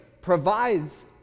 provides